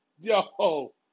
yo